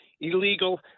illegal –